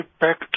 back